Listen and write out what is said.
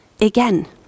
again